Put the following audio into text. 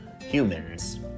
humans